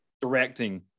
directing